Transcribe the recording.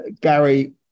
Gary